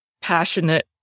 passionate